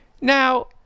Now